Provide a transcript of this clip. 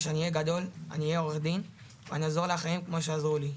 שכשאהיה גדול אני אהיה עורך דין ואני אעזור לאחרים כמו שעזרו לי.